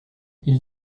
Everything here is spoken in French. ils